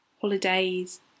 holidays